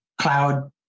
cloud